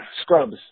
Scrubs